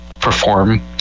perform